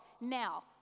Now